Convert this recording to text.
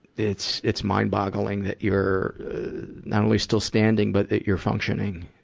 it's, it's mind-boggling that you're not only still standing, but that you're functioning.